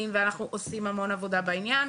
ואנחנו עושים המון עבודה בעניין,